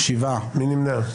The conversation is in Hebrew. מי נמנע?